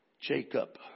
Jacob